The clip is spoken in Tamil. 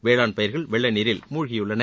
வேளாண் பயிர்கள் வெள்ள நீரில் மூழ்கியுள்ளன